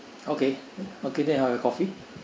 okay okay then I will have coffee